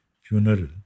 funeral